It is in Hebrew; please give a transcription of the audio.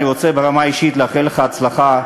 אני רוצה ברמה האישית לאחל לך הצלחה,